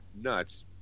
nuts